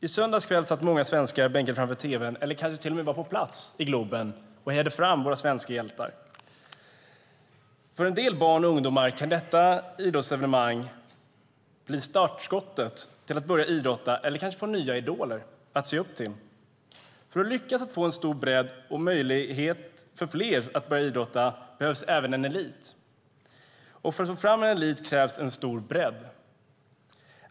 I söndags kväll satt många svenskar bänkade framför tv:n, eller kanske till och med på plats i Globen, och hejade fram våra svenska hjältar. För en del barn och ungdomar kan detta idrottsevenemang bli startskottet till att börja idrotta eller kanske få nya idoler att se upp till. För att lyckas få en stor bredd och en möjlighet för fler att börja idrotta behövs även en elit. För att få fram en elit krävs en stor bredd.